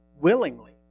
willingly